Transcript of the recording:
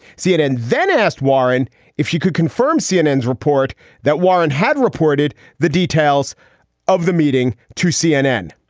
cnn then asked warren if she could confirm cnn's report that warren had reported the details of the meeting to cnn.